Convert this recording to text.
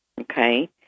Okay